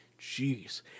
Jeez